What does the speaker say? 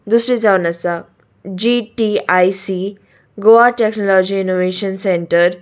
दुसरी जावन आसा G T I C Goa technology innovation centre